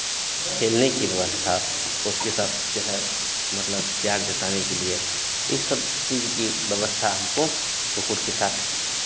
खेलने की व्यवस्था उसके साथ जो है मतलब प्यार जताने के लिए इस सब चीज़ की व्यवस्था को कुक्कुट के साथ